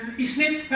is